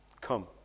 Come